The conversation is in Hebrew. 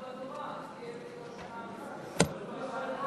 ההצעה להסיר מסדר-היום את הצעת חוק שירות המילואים (תיקון,